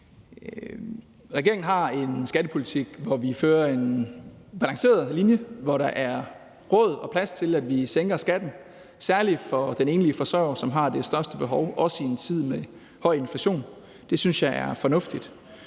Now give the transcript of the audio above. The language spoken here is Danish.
Regeringen har en skattepolitik, hvor vi har lagt en balanceret linje, og hvor der er råd og plads til, at vi sænker skatten – særlig for den enlige forsørger, som har det største behov, også i en tid med høj inflation. Det synes jeg er fornuftigt.